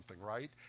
Right